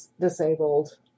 disabled